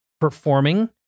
performing